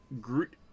Groot